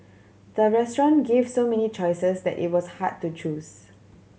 the restaurant gave so many choices that it was hard to choose